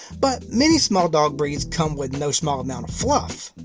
but many small dog breeds come with no small amount of fluff.